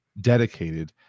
dedicated